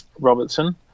Robertson